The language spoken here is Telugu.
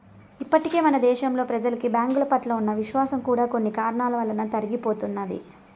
ఇప్పటికే మన దేశంలో ప్రెజలకి బ్యాంకుల పట్ల ఉన్న విశ్వాసం కూడా కొన్ని కారణాల వలన తరిగిపోతున్నది